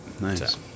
nice